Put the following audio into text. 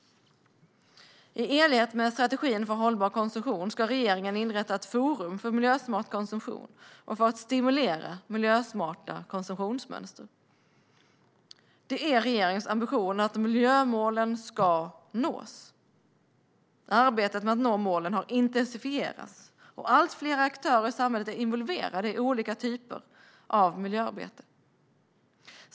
I enlighet med strategin för hållbar konsumtion ska regeringen inrätta ett forum för miljösmart konsumtion och för att stimulera miljösmarta konsumtionsmönster. Det är regeringens ambition att miljömålen ska nås. Arbetet med att nå målen har intensifierats, och allt fler aktörer i samhället är involverade i olika typer av miljöarbete.